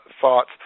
thoughts